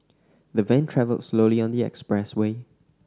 the van travelled slowly on the express way